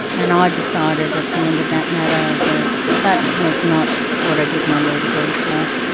and i decided at the end of that matter, that that was not what i did my law degree for.